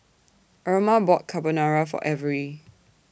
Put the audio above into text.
Erma bought Carbonara For Avery